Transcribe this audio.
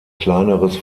kleineres